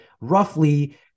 roughly